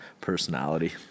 personality